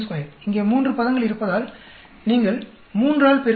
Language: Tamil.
இங்கே 3 பதங்கள் இருப்பதால் நீங்கள் 3 ஆல் பெருக்குகிறீர்கள்